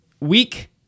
Week